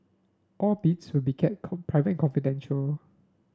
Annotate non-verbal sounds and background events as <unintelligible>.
all bids will be kept <unintelligible> private and confidential